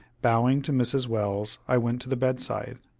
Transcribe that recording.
bowing to mrs. welles, i went to the bedside.